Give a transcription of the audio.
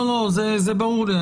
לא, זה ברור לי.